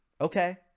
okay